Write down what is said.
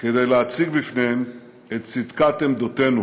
כדי להציג בפניהם את צדקת עמדותינו,